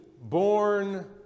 born